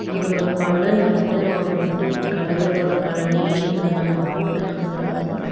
அதோடய பலன் வந்துட்டு நமக்கு வந்துட்டு கடவுளோடய பலனே இருக்குது நமக்கு வந்துட்டு அனுகரகமாக